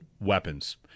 weapons